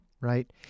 right